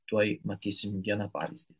tuoj matysim vieną pavyzdį